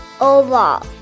oval